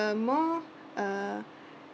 a more uh